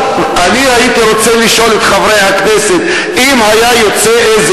אני הייתי רוצה לשאול את חברי הכנסת: אם היה יוצא איזה